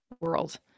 world